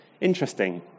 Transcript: Interesting